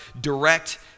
direct